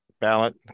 ballot